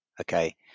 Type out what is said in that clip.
okay